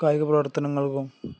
കായിക പ്രവർത്തനങ്ങള്ക്കും